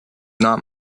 not